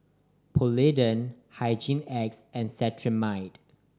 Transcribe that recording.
Polident Hygin X and Cetrimide